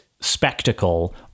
spectacle